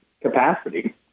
capacity